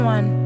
One